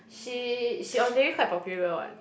she she on Dayre quite popular what